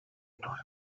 know